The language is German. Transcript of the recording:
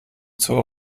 zur